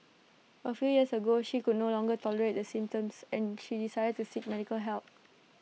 A few years ago she could no longer tolerate the symptoms and she decided to seek medical help